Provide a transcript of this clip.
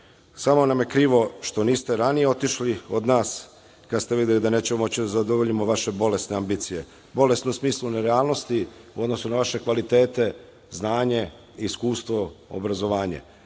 nam je krivo što niste ranije otišli od nas, kada ste videli da nećemo moći da zadovoljimo vaše bolesne ambicije, bolesne u smislu nerealnosti u odnosu na vaše kvalitete, znanje iskustvo i obrazovanje. Vi